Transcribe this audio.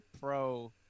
pro-